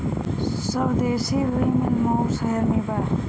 स्वदेशी रुई मिल मऊ शहर में बा